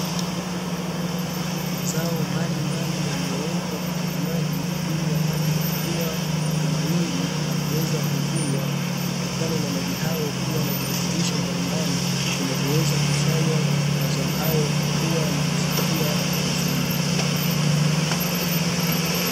Mazao mbalimbali yaliyowekwa katika maji ili yapate kukua na kunawiri na kuweza kuvunwa, kutokana na maji hayo kuwa na virutubisho mbalimbali vinavyoweza kufanya mazao hayo kukua na kufikikia kuvunwa.